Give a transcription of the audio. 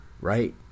right